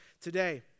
today